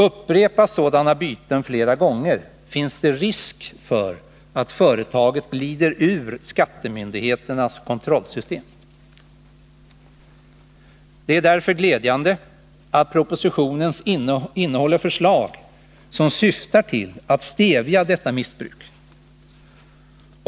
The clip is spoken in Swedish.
Upprepas sådana byten flera gånger finns det risk för att företaget glider ur skattemyndigheternas kontrollsystem. Det är därför glädjande att propositionen innehåller förslag som syftar till att stävja detta missbruk.